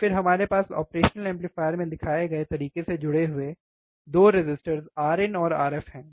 और फिर हमारे पास ऑपरेशनल में दिखाए गए तरीके से जुड़े हुए 2 रेसिस्टर्स Rin और RF हैं